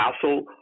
castle